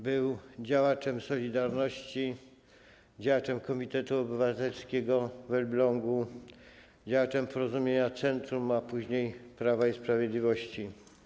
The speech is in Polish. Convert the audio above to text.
Był działaczem „Solidarności”, działaczem Komitetu Obywatelskiego w Elblągu, działaczem Porozumienia Centrum, a później Prawa i Sprawiedliwości.